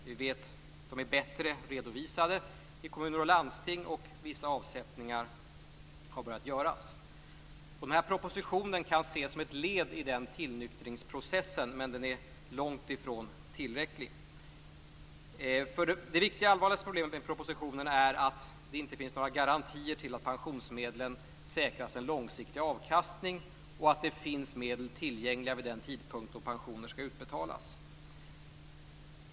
Vi vet att de är bättre redovisade i kommuner och landsting och att vissa avsättningar har börjat göras. Den här propositionen kan ses som ett led i den tillnyktringsprocessen, men den är långt ifrån tillräcklig. Det riktigt allvarliga problemet med propositionen är att det inte finns några garantier i den för att en långsiktig avkastning av pensionsmedlen säkras och för att det finns medel tillgängliga vid den tidpunkt då pensioner skall utbetalas.